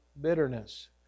bitterness